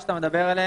שאתה מדבר עליהם,